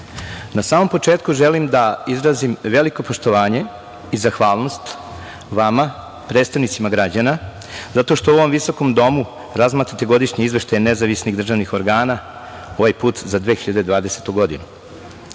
na samom početku želim da izrazim veliko poštovanje i zahvalnost vama, predstavnicima građana, zato što u ovom visokom domu razmatrate godišnje izveštaje nezavisnih državnih organa, ovaj put za 2020. godinu. Ovaj